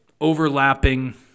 overlapping